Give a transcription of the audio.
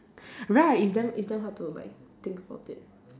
right it's damn it's damn hard to like think about it